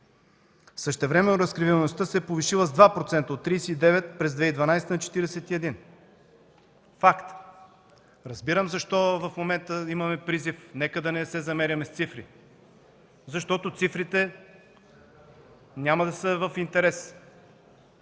Същевременно разкриваемостта се е повишила с 2% – от 39 през 2012 г. на 41. Факт. Разбирам защо в момента имаме призив: „Нека да не се замеряме с цифри”. Защото цифрите няма да са в интерес